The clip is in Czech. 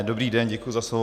Dobrý den, děkuji za slovo.